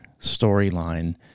storyline